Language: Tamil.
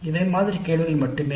இவை மாதிரி கேள்விகள் மட்டுமே